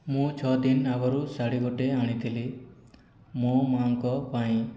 ମୁଁ ଛଅ ଦିନ ଆଗରୁ ଶାଢ଼ୀ ଗୋଟିଏ ଆଣିଥିଲି ମୋ' ମାଆଙ୍କ ପାଇଁ